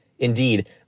Indeed